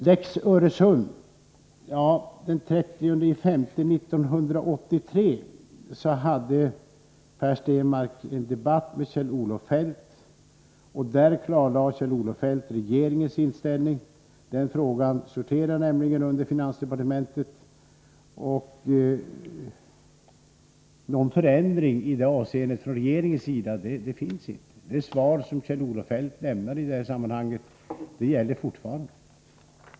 När det gäller lex Öresund hade Per Stenmarck den 30 maj 1983 en debatt med Kjell-Olof Feldt, som då klarlade regeringens inställning — den frågan sorterar nämligen under finansdepartementet. Någon förändring i det avseendet från regeringens sida har inte inträtt. Det svar som Kjell-Olof Feldt lämnade i det sammanhanget gäller fortfarande.